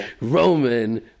Roman